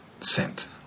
sent